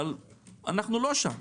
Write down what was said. אבל אנחנו לא שם.